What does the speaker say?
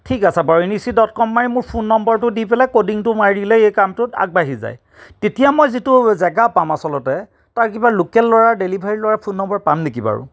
ঠিক আছে বাৰু ইনিচি ডট কম মাৰি মোৰ ফোন নম্বৰটো দি পেলাই কডিংটো মাৰি দিলে এই কামটো আগবাঢ়ি যায় তেতিয়া মই যিটো জেগা পাম আচলতে তাৰ কিবা লোকেল ল'ৰাৰ ডেলিভাৰী ল'ৰাৰ ফোন নম্বৰ পাম নেকি বাৰু